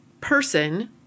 person